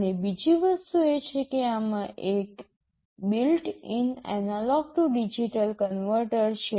અને બીજી વસ્તુ એ છે કે આમાં એક built in analogue to digital converter છે